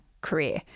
career